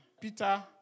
Peter